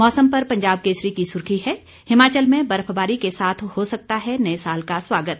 मौसम पर पंजाब केसरी की सुर्खी है हिमाचल में बर्फबारी के साथ हो सकता है नए साल का स्वागत